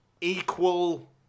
equal